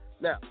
now